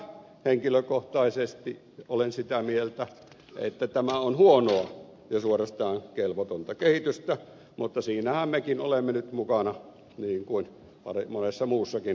henkilökohtaisesti olen sitä mieltä että tämä on huonoa ja suorastaan kelvotonta kehitystä mutta siinähän mekin olemme nyt mukana niin kuin monessa muussakin vastaavanlaisessa hankkeessa